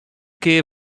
kear